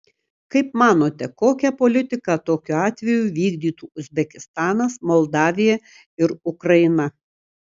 kaip manote kokią politiką tokiu atveju vykdytų uzbekistanas moldavija ir ukraina